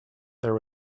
there